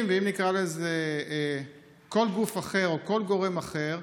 ואם נקרא לזה כל גוף אחר או כל גורם אחר,